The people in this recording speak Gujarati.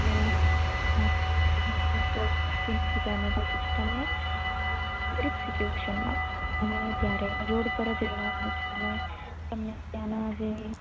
અને આપ ઓળખીતા ને પછી તમે ગરીબ સિચુએશનમાં તમે ત્યારે રોડ પર જ રહેવાનું છે અને તમને ત્યાંના જે